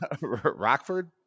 Rockford